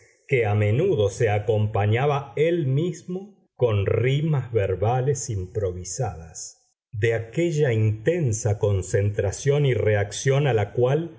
que a menudo se acompañaba él mismo con rimas verbales improvisadas de aquella intensa concentración y reacción a la cual